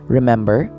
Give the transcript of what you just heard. Remember